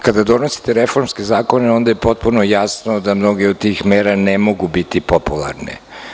Kada donosite reformske zakone onda je potpuno jasno da mnoge od tih mera ne mogu biti popularne.